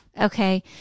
Okay